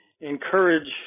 encourage